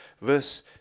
Verse